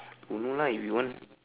don't know lah if you want